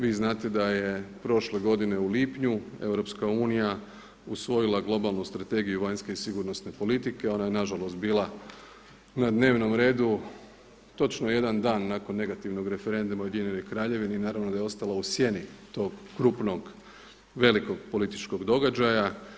Vi znate da je prošle godine u lipnju Europska unija usvojila globalnu strategiju vanjske i sigurnosne politike, ona je nažalost bila na dnevnom redu točno jedan dan nakon negativnog referenduma u Ujedinjenoj Kraljevini i naravno da je ostala u sjeni tog krupnog velikog političkog događaja.